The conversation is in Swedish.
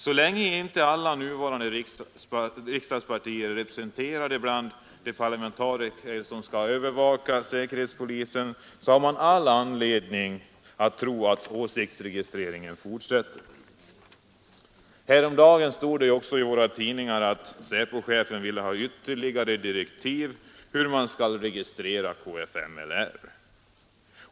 Så länge alla nuvarande riksdagspartier inte är representerade bland de parlamentariker som skall övervaka säkerhetspolisen har man all anledning att tro att åsiktsregistreringen fortsätter. Häromdagen stod det i våra tidningar att SÄPO-chefen ville ha ytterligare direktiv om hur kfml skulle registreras.